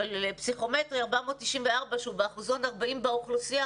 אבל פסיכומטרי 494 שהוא שבאחוזון 40 באוכלוסייה,